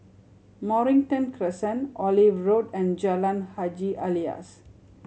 Mornington Crescent Olive Road and Jalan Haji Alias